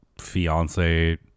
fiance